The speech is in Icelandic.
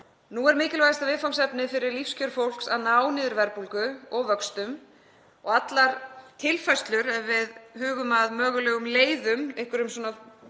Nú er mikilvægasta viðfangsefnið fyrir lífskjör fólks að ná niður verðbólgu og vöxtum og allar tilfærslur, ef við hugum að mögulegum leiðum, einhverjum